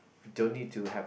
don't need to have